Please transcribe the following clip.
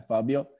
Fabio